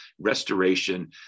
restoration